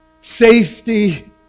safety